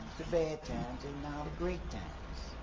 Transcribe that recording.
the bad times, and now the great times.